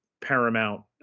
Paramount